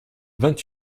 vingt